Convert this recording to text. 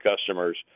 customers